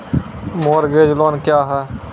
Mortgage loan क्या है?